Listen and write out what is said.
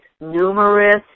numerous